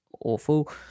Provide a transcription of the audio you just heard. awful